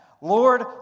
Lord